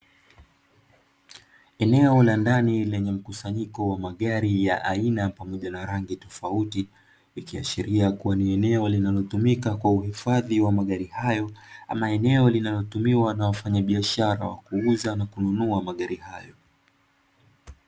Eneo la ndani lenye mkusanyiko wa magari ya aina pamoja na rangi tofauti, ikiashiria kuwa ni eneo linalotumika kwa uhifadhi wa magari hayo, ama eneo linalotumiwa na wafanyabiashara wa kuuza na kununua magari hayo.